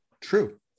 True